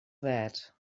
that